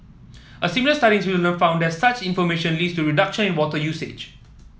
a similar study in Switzerland found that such information leads to reduction in water usage